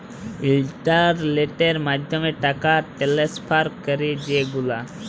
ইলটারলেটের মাধ্যমে টাকা টেনেসফার ক্যরি যে গুলা